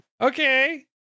Okay